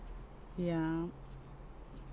yeah